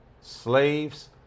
slaves